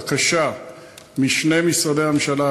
בקשה משני משרדי ממשלה,